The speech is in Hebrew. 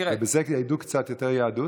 ובזה ידעו קצת יותר יהדות.